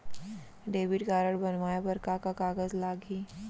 Debit card बनवाये बर का का कागज लागही?